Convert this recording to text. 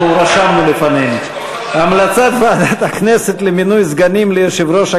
עברה בקריאה ראשונה